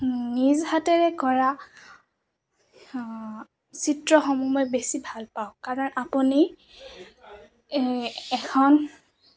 নিজ হাতেৰে কৰা চিত্ৰসমূহ মই বেছি ভালপাওঁ কাৰণ আপুনি এখন